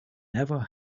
never